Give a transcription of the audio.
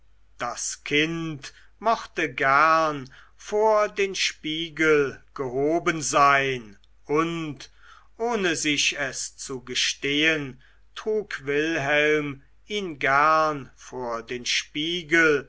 das kind mochte gern vor den spiegel gehoben sein und ohne sich es zu gestehen trug wilhelm ihn gern vor den spiegel